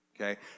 okay